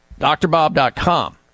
drbob.com